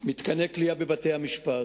מתקני הכליאה בבתי-המשפט,